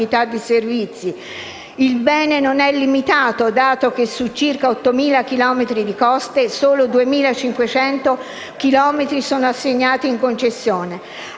il bene non è limitato, dato che su circa 8.000 chilometri di coste, solo 2.500 chilometri sono assegnati in concessione.